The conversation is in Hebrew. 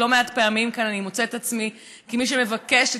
לא מעט פעמים כאן אני מוצאת את עצמי כמי שמבקשת